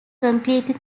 completely